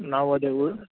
ನಾವು ಅದೆ ಊರು